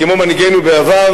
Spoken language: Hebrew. כמו שהיה למנהיגינו בעבר,